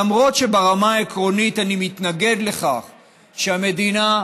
למרות שברמה העקרונית אני מתנגד לכך שהמדינה,